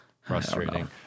Frustrating